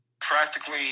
practically